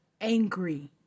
angry